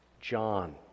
John